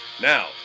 Now